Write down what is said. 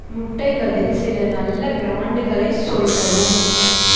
முட்டைகளில் சில நல்ல பிராண்டுகளை சொல்லவும்